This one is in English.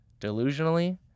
delusionally